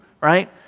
right